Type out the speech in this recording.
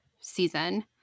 season